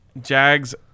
jags